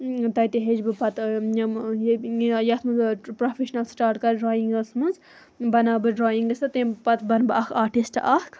تَتہِ ہیٚچھ بہٕ پتہٕ یِم یَتھ منٛز پروفیشنَل سٹاٹ کر ڈراینگَس منٛز بناو بہٕ ڈرایِنگسہٕ تٔمۍ پتہٕ بنہٕ بہٕ اَکھ آٹِسٹ اَکھ